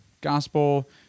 gospel